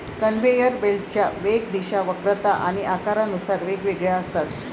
conveyor बेल्टच्या वेग, दिशा, वक्रता आणि आकारानुसार वेगवेगळ्या असतात